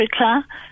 Africa